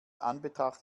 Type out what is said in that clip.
anbetracht